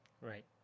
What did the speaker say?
Right